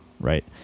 Right